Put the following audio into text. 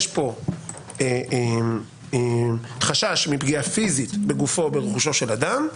יש כאן חשש מפגיעה פיזית בגופו או ברכושו של אדם,